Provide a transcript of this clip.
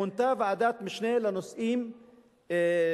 מונתה ועדת משנה לנושאים לאומיים,